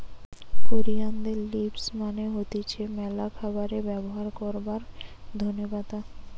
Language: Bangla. কোরিয়ানদের লিভস মানে হতিছে ম্যালা খাবারে ব্যবহার করবার ধোনে পাতা